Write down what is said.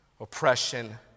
oppression